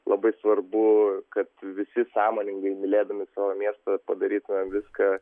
labai svarbu kad visi sąmoningai mylėdami savo miesto padarytumėm viską